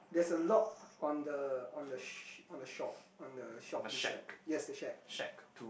there is a lock on the on the shop on the shop on the shop beside right yes the shack